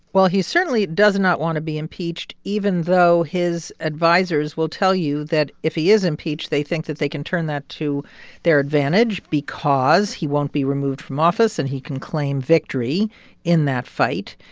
well, he certainly does not want to be impeached, even though his advisers will tell you that if he is impeached, they think that they can turn that to their advantage because he won't be removed from office, and he can claim victory in that fight.